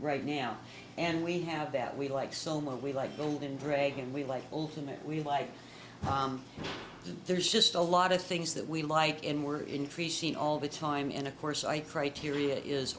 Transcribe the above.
right now and we have that we like so much we like golden dragon we like ultimate we like there's just a lot of things that we like and we're increasing all the time and of course i criteria is